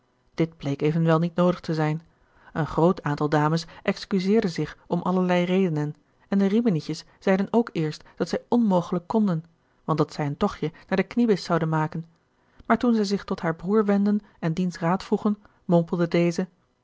dit bleek evenwel niet noodig te zijn een groot aantal dames excuseerde zich om allerlei redenen en de riminietjes zeiden ook eerst dat zij onmogelijk konden want dat zij een tochtje naar de kniebis zouden maken maar toen zij zich tot haar broer wendden en diens raad vroegen mompelde deze